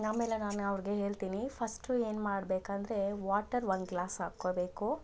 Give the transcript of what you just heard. ಆಮೇಲೆ ನಾನು ಅವ್ರಿಗೆ ಹೇಳ್ತೀನಿ ಫಸ್ಟು ಏನ್ಮಾಡಬೇಕಂದ್ರೆ ವಾಟರ್ ಒಂದು ಗ್ಲಾಸ್ ಹಾಕ್ಕೋಬೇಕು